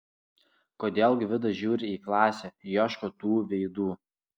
kodėl gvidas žiūri į klasę ieško tų veidų